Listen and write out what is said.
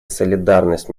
солидарность